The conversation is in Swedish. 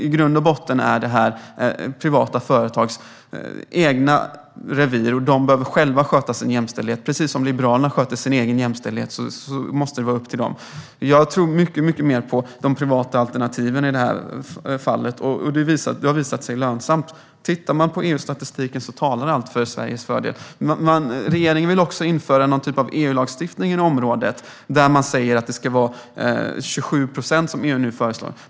I grund och botten är det här de privata företagens eget revir, och de behöver själva sköta sin jämställdhet. Precis som Liberalerna sköter sin egen jämställdhet måste det vara upp till dem. Jag tror mycket mer på de privata alternativen i det här fallet. De har visat sig lönsamma. Tittar man på EU-statistiken ser man att allt talar till Sveriges fördel. Regeringen vill också införa någon typ av EU-lagstiftning inom området. Man säger att det ska vara 27 procent, som EU nu föreslår.